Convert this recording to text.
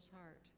heart